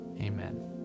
amen